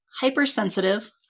hypersensitive